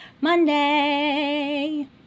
Monday